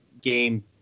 game